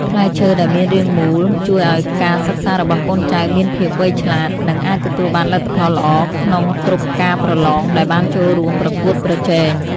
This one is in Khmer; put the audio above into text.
ផ្លែឈើដែលមានរាងមូលជួយឱ្យការសិក្សារបស់កូនចៅមានភាពវៃឆ្លាត និង អាចទទួលបានលទ្ធផលល្អក្នុងគ្រប់ការប្រឡងដែលបានចូលរួមប្រកួតប្រជែង។